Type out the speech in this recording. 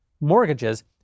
mortgages